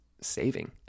saving